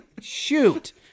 Shoot